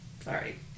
Sorry